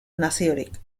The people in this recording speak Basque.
naziorik